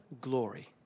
glory